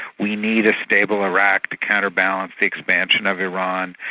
we need a stable iraq to counterbalance the expansion of iran,